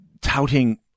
touting